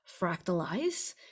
fractalize